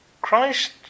Christ